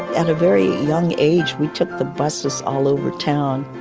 at a very young age we took the buses all over town.